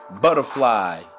Butterfly